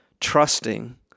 trusting